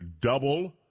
double